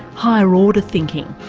higher order thinking